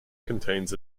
contains